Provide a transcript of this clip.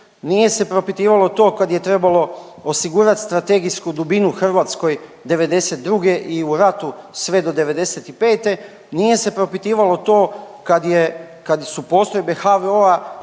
nije se propitivalo to kad je trebalo osigurat strategijsku dubinu u Hrvatskoj '92. i u ratu sve do '95., nije se propitivalo to kad je, kad su postrojbe HVO-a